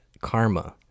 karma